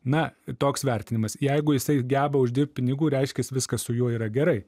na toks vertinimas jeigu jisai geba uždirbt pinigų reiškias viskas su juo yra gerai